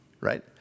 right